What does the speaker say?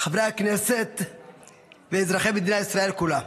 חברי הכנסת ואזרחי מדינת ישראל כולה,